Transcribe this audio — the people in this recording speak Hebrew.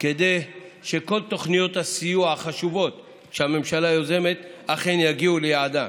כדי שכל תוכניות הסיוע החשובות שהממשלה יוזמת אכן יגיעו ליעדם.